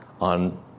on